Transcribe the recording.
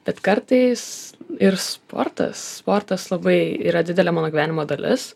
bet kartais ir sportas sportas labai yra didelė mano gyvenimo dalis